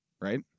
right